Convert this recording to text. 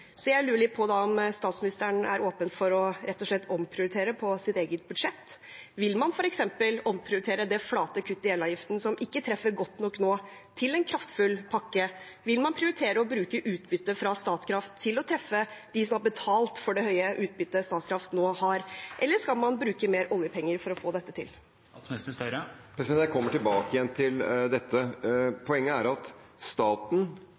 Så jeg lurer på: Er statsministeren åpen for rett og slett å omprioritere på eget budsjett? Vil man f.eks. omprioritere det flate kuttet i elavgiften som ikke treffer godt nok nå, til en kraftfull pakke? Vil man prioritere å bruke utbyttet fra Statkraft for å treffe dem som har betalt for det høye utbyttet Statkraft nå har, eller skal man bruke mer oljepenger for å få dette til? Jeg kommer tilbake til dette. Poenget er at staten